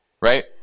right